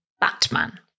Batman